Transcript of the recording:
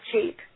cheap